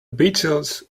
beatles